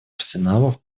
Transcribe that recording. арсеналов